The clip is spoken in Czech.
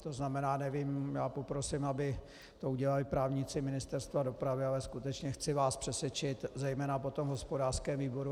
To znamená, nevím, já poprosím, aby to udělali právníci Ministerstva dopravy, ale skutečně chci vás přesvědčit zejména potom v hospodářském výboru.